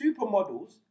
supermodels